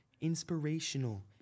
inspirational